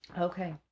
Okay